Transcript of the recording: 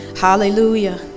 Hallelujah